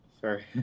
Sorry